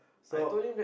stop